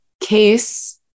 case